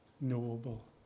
knowable